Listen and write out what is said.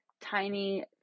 tiny